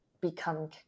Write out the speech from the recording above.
become